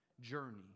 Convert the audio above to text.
journey